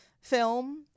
film